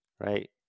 right